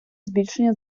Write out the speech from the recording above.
збільшення